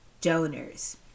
donors